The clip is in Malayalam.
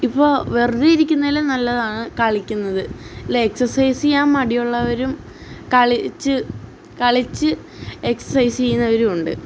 ഇപ്പോൾ വെറുതെ ഇരിക്കുന്നതിലും നല്ലതാണ് കളിക്കുന്നത് അല്ല എക്സർസൈസ് ചെയ്യാൻ മടിയുള്ളവരും കളിച്ചു കളിച്ചു എക്സർസൈസ് ചെയ്യുന്നവരുമുണ്ട്